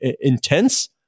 intense